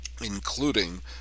including